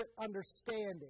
understanding